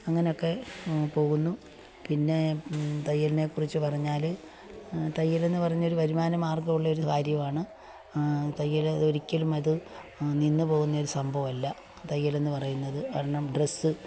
അങ്ങനെ ഒക്കെ പോകുന്നു പിന്നെ തയ്യലിനെ കുറിച്ച് പറഞ്ഞാൽ തയ്യലെന്നു പറഞ്ഞ ഒരു വരുമാന മാർഗ്ഗമുള്ള ഒരു കാര്യമാണ് തയ്യൽ ഒരിക്കലും അത് നിന്ന് പോകുന്ന ഒരു സംഭവമല്ല തയ്യലെന്ന് പറയുന്നത് ഒരെണ്ണം ഡ്രസ്സ്